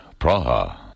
Praha